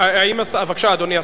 בבקשה, אדוני השר.